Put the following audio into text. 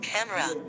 Camera